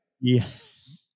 yes